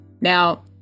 Now